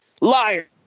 Liar